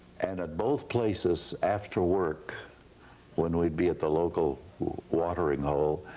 and at both places after work when we'd be at the local watering hole,